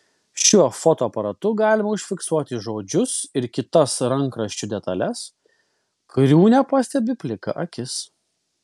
šiuo fotoaparatu galima užfiksuoti žodžius ir kitas rankraščių detales kurių nepastebi plika akis